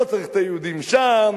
לא צריך את היהודים שם,